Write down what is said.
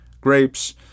grapes